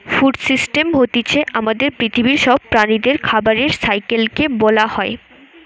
food system হতিছে আমাদের পৃথিবীর সব প্রাণীদের খাবারের সাইকেল কে বোলা হয়